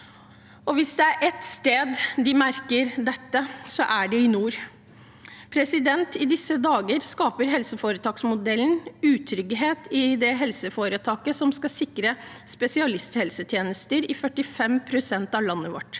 Hvis det er ett sted de merker dette, er det i nord. I disse dager skaper helseforetaksmodellen utrygghet i det helseforetaket som skal sikre spesialisthelsetjenester i 45 pst. av landet vårt.